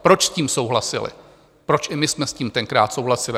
Proč s tím souhlasili, proč i my jsme s tím tenkrát souhlasili?